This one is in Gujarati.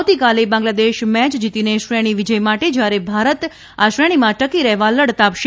આવતીકાલે બાંગ્લાદેશ મેચ જીતીને શ્રેણી વિજય માટે જ્યારે ભારત આ શ્રેણીમાંટકી રહેવા લડત આપશે